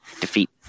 defeat